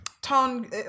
tone